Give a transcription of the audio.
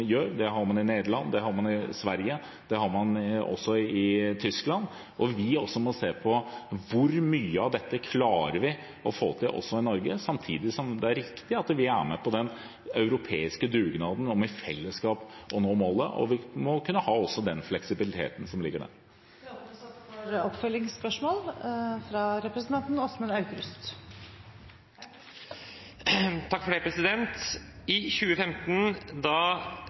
gjør. Det har man i Nederland, det har man i Sverige, det har man også i Tyskland. Vi må også se på hvor mye av dette vi klarer å få til i Norge – samtidig som det er riktig at vi er med på den europeiske dugnaden om i fellesskap å nå målet. Vi må også kunne ha den fleksibiliteten som ligger der. Det åpnes opp for oppfølgingsspørsmål – først representanten Åsmund Aukrust. I 2015, da den blå-blå regjeringen i